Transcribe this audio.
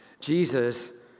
Jesus